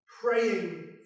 praying